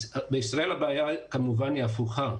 בישראל הבעיה היא כמובן הפוכה.